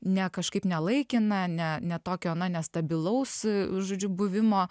ne kažkaip ne laikina ne ne tokio nestabilaus žodžiu buvimo